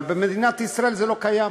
אבל במדינת ישראל זה לא קיים.